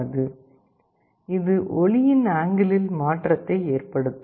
இது ஒளியின் ஆங்கிளில் மாற்றத்தை ஏற்படுத்தும்